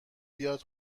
بیاد